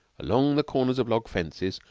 along the corners of log fences,